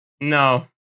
No